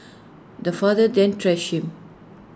the father then thrashed him